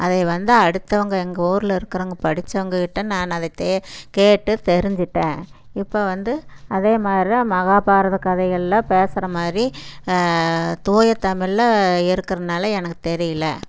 அதை வந்து அடுத்தவங்க எங்கள் ஊரில் இருக்கிறவங்க படித்தவங்கக்கிட்ட நான் அதை தே கேட்டு தெரிஞ்சுட்டேன் இப்போ வந்து அதே மாதிரிதான் மகாபாரத கதையெல்லாம் பேசுகிற மாதிரி தூய தமிழில் இருக்கிறனால எனக்கு தெரியல